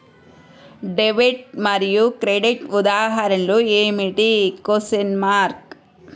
Debit మరియు credit ఉదాహరణలు ఏమిటీ?